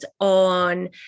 on